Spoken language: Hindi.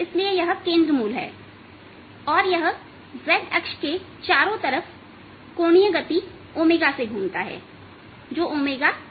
इसलिए यह केंद्र मूल है और यह z अक्ष के चारों तरफ कोणीय गति घूमता है जो z है